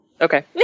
Okay